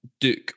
Duke